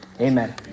Amen